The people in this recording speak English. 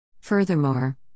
Furthermore